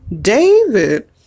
David